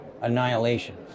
Annihilation